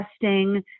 testing